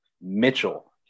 Mitchell